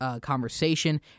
conversation